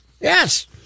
Yes